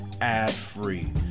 ad-free